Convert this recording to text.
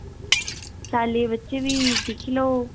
सालै दी बच्चे बी दिक्खी लेओ